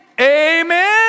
Amen